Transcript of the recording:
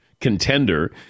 contender